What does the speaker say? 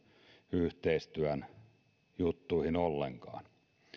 yhteistyön juttuihin ollenkaan